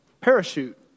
parachute